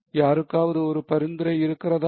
யாருக்காவது ஒரு பரிந்துரை இருக்கிறதா